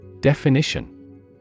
Definition